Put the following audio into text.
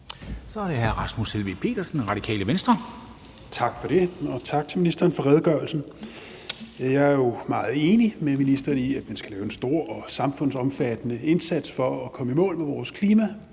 Kl. 11:32 Rasmus Helveg Petersen (RV): Tak for det, og tak til ministeren for redegørelsen. Jeg er jo meget enig med ministeren i, at man skal lave en stor og samfundsomfattende indsats for at komme i mål med vores klimamål